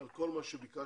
על כל מה שביקשנו.